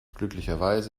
glücklicherweise